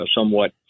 somewhat